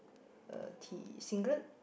uh T singlet